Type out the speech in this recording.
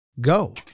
Go